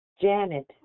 Janet